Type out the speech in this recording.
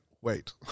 wait